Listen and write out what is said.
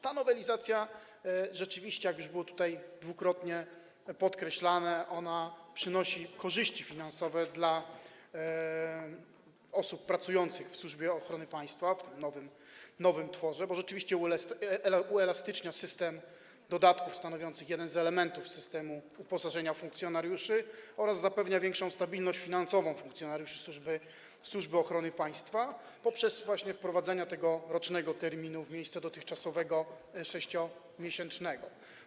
Ta nowelizacja rzeczywiście, jak już było tutaj dwukrotnie podkreślane, przynosi korzyści finansowe dla osób pracujących w Służbie Ochrony Państwa, w nowym tworze, bo rzeczywiście uelastycznia ona system dodatków stanowiących jeden z elementów systemu uposażenia funkcjonariuszy oraz zapewnia większą stabilność finansową funkcjonariuszy Służby Ochrony Państwa poprzez wprowadzenie rocznego terminu w miejsce dotychczasowego 6-miesięcznego.